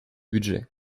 budget